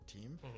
team